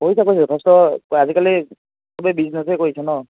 কৰিছে কৰিছে যথেষ্ট আজিকালি চবেই বিজনেছেই কৰিছে ন